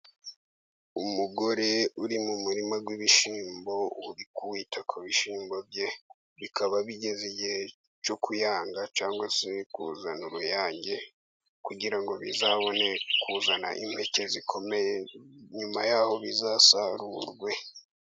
Umugore uri mu murima w'ibishyimbo uri kwita ku bishyimbo bye, bikaba bigeze igihe cyo kuyanga cyangwa se kuzana uruyange kugira ngo bizabone kuzana impeke zikomeye, nyuma y'aho bizasarurwe.